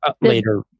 later